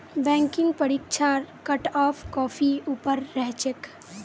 banking परीक्षार cutoff काफी ऊपर रह छेक